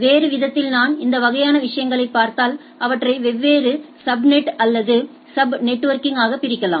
வேறு விதத்தில் நான் இந்த வகையான விஷயங்களைப் பார்த்தாள் அவற்றை வெவ்வேறு சப்நெட்டுகளாக அல்லது சப்நெட்வொர்கிங் ஆக பிரிக்கலாம்